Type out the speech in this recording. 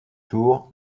tour